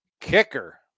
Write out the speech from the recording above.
kicker